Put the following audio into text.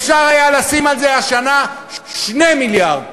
אפשר היה לשים על זה השנה 2 מיליארד.